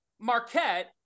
Marquette